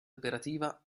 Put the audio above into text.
operativa